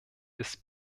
ist